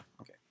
Okay